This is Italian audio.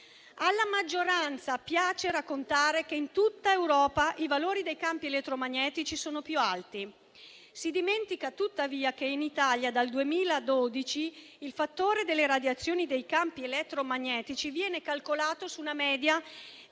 Alla maggioranza piace raccontare che in tutta Europa i valori dei campi elettromagnetici sono più alti. Si dimentica tuttavia che in Italia dal 2012 il fattore delle radiazioni dei campi elettromagnetici viene calcolato su una media di